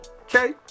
okay